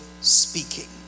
speaking